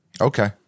Okay